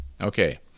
Okay